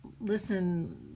listen